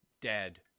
dead